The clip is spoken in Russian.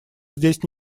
здесь